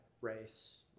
race